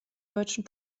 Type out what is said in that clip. deutschen